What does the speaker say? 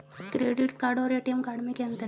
Credit card और ATM card में क्या अंतर है?